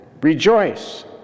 Rejoice